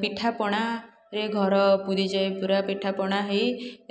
ପିଠାପଣାରେ ଘର ପୁରିଯାଏ ପୁରା ପିଠାପଣା ହେଇ